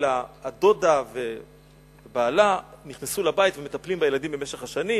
אלא הדודה ובעלה נכנסו לבית ומטפלים בילדים במשך השנים.